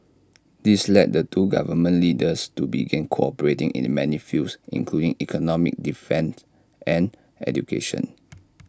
this led the two government leaders to begin cooperating in many fields including economics defence and education